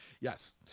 Yes